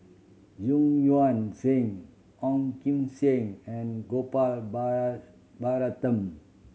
Yuan Zhen Ong Kim Seng and Gopal Baratham